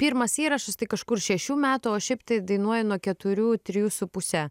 pirmas įrašas tai kažkur šešių metų o šiaip tai dainuoju nuo keturių trijų su puse